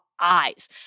eyes